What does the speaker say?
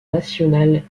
nationales